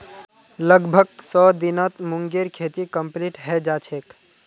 लगभग सौ दिनत मूंगेर खेती कंप्लीट हैं जाछेक